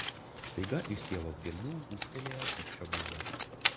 staiga iš sielos gelmių ūžtelėjo pykčio banga